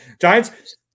Giants-